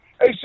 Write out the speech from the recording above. hey